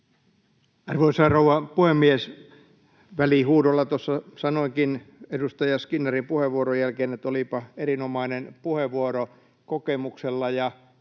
Arvoisa rouva puhemies! Välihuudolla tuossa sanoinkin edustaja Skinnarin puheenvuoron jälkeen, että olipa erinomainen puheenvuoro kokemuksella ja